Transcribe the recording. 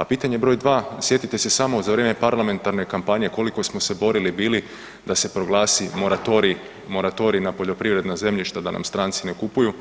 A pitanje broj dva, sjetite se samo za vrijeme parlamentarne kampanje koliko smo se borili bili da se proglasi moratorij na poljoprivredna zemljišta, da nam stranci ne kupuju